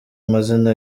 amazina